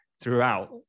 throughout